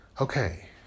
Okay